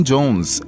Jones